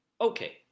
Okay